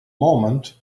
moment